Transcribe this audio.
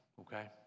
okay